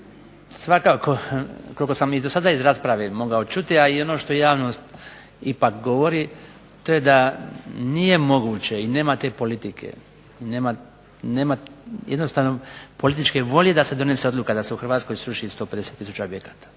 svakako, koliko sam i dosada iz rasprave mogao čuti, a i ono što javnost ipak govori to je da nije moguće i nema te politike, nema jednostavno političke volje da se donese odluka da se u Hrvatskoj sruši 150 tisuća objekata.